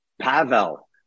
pavel